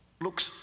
looks